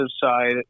side